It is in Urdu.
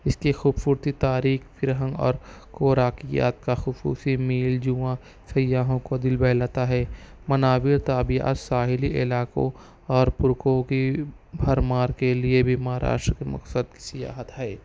اس کے خوبصورتی تاریخ پھر ہم اور کوراکیاک کا خصوصی میل جواں سیاحوں کا دل بہلاتا ہے منابر تابعات ساحلی علاقوں اور پرکوں کی بھرمار کے لئے بھی مہاراشٹر مقصد سیاحت ہے